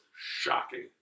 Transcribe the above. Shocking